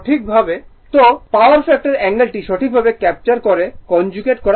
সুতরাং power factor angle টি সঠিকভাবে ক্যাপচার করে কনজুগেট করা প্রয়োজন